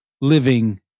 living